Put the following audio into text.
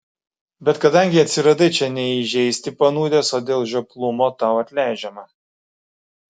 bet kadangi atsiradai čia ne įžeisti panūdęs o dėl žioplumo tau atleidžiama